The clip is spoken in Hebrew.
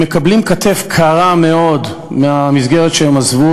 והם מקבלים כתף קרה מאוד מהמסגרת שהם עזבו.